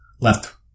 left